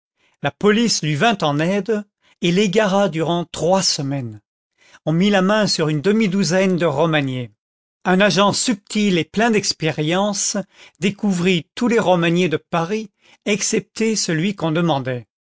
la police lui vint en aide et l'égara durant trois semaines on mit la main sur une demi-douzaine de romagné un agent subtil et plein d'expérience découvrit tous les romagné de paris excepté celui qu'on demandait